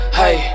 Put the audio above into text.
hey